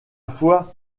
foi